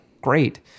great